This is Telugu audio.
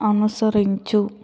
అనుసరించు